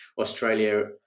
Australia